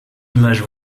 images